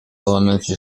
elementary